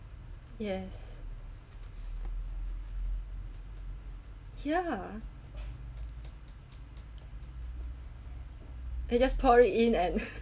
yes ya they just pour it in and